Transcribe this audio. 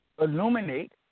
illuminate